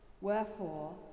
wherefore